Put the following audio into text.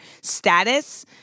status